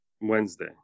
Wednesday